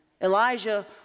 Elijah